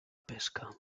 pesca